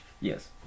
Yes